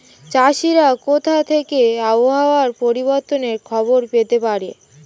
চাষিরা কোথা থেকে আবহাওয়া পরিবর্তনের খবর পেতে পারে?